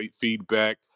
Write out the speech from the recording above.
feedback